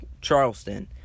Charleston